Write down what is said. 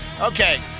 Okay